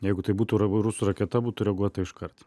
jeigu tai būtų rusų raketa būtų reaguota iškart